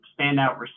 standout